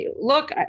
look